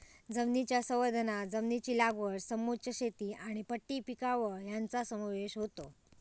जमनीच्या संवर्धनांत जमनीची लागवड समोच्च शेती आनी पट्टी पिकावळ हांचो समावेश होता